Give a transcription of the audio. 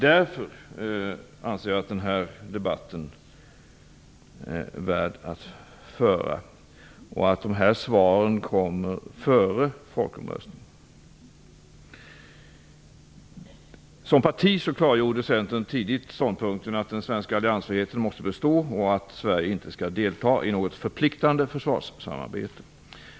Därför anser jag att den här debatten är värd att föra. Det är viktigt att dessa svar kommer före folkomröstningen. Som parti klargjorde Centern tidigt ståndpunkten att den svenska alliansfriheten måste bestå och att Sverige inte skall delta i något förpliktande försvarssamarbete.